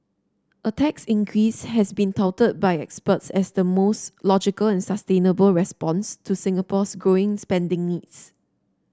a tax increase has been touted by experts as the most logical and sustainable response to Singapore's growing spending needs